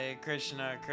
Krishna